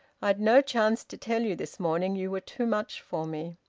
i'd no chance to tell you this morning. you were too much for me.